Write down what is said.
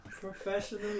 professional